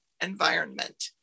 environment